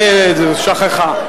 שכחה.